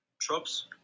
Troops